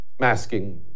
Masking